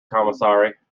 commissaire